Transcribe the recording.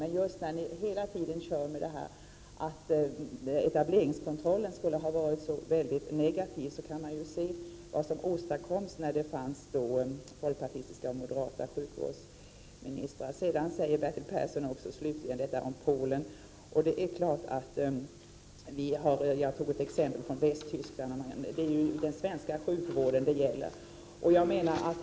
Men när ni hela tiden kör med detta att etableringskontrollen skall ha varit så negativ, kan man ju se vad som åstadkoms när vi hade folkpartistiska och moderata sjukvårdsministrar. Bertil Persson talar slutligen om Polen. Jag tog ett exempel från Västtyskland. Men det är ju den svenska sjukvården det gäller.